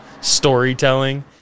storytelling